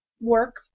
work